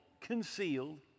concealed